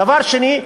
דבר שני,